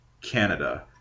Canada